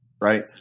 right